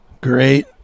Great